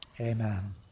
Amen